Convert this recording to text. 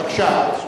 בבקשה.